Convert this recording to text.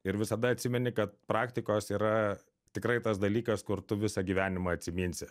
ir visada atsimeni kad praktikos yra tikrai tas dalykas kur tu visą gyvenimą atsiminsi